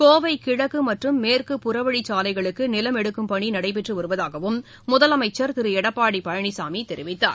கோவை கிழக்கு மற்றும் மேற்கு புறவழிச்சாலைகளுக்கு நிலம் எடுக்கும் பணி நடைபெற்று வருவதாகவும் முதலமைச்சர் திரு எடப்பாடி பழனிசாமி தெரிவித்தார்